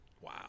wow